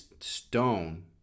stone